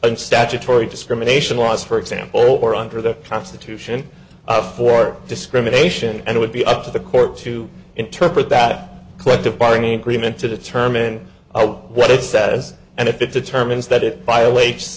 and statutory discrimination laws for example or under the constitution for discrimination and it would be up to the court to interpret that collective bargaining agreement to determine what it says and if it determ